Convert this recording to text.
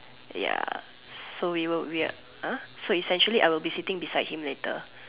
ya so we were we at so essentially I'll be sitting beside him later